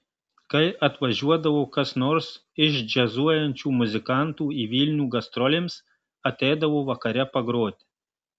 kai atvažiuodavo kas nors iš džiazuojančių muzikantų į vilnių gastrolėms ateidavo vakare pagroti